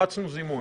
הפצנו זימון של?